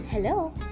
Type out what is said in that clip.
Hello